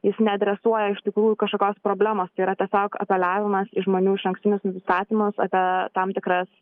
jis neadresuoja iš tikrųjų kažkokios problemos tai yra tiesiog apeliavimas į žmonių išankstinius nusistatymus apie tam tikras